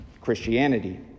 Christianity